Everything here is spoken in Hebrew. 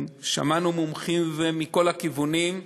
שמענו מומחים מכל הכיוונים,